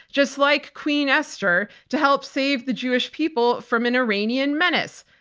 just like queen esther to help save the jewish people from an iranian menace.